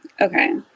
Okay